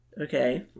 Okay